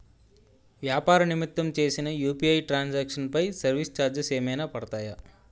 వ్యాపార నిమిత్తం చేసిన యు.పి.ఐ ట్రాన్ సాంక్షన్ పై సర్వీస్ చార్జెస్ ఏమైనా పడతాయా?